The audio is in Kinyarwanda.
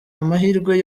amahirwe